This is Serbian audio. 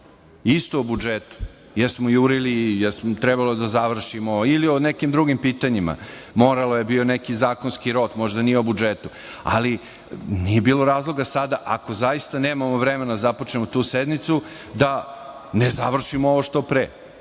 isto o budžetu. Jurili smo, trebalo je da završimo ili o nekim drugim pitanjima. Moralo je, bio je neki zakonski rok, možda nije o budžetu. Nije bilo razloga sada, ako zaista nemamo vremena da započnemo tu sednicu, da ne završimo ovo što pre.